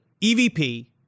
EVP